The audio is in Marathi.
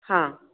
हां